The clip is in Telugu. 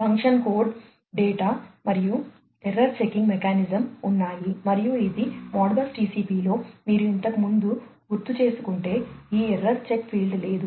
ఫంక్షన్ కోడ్ డేటా మరియు ఎర్రర్ చెకింగ్ మెచ్చనిజం ఉన్నాయి మరియు ఇది మోడ్బస్ టిసిపిలో మీరు ఇంతకు ముందు గుర్తుచేసుకుంటే ఈ ఎర్రర్ చెక్ ఫీల్డ్ లేదు